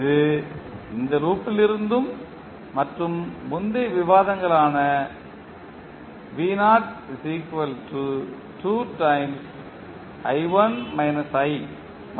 இது இந்த லூப்பிலிருந்தும் மற்றும் முந்தைய விவாதங்கள் ஆன விவாதங்கள் ஆன மற்றும்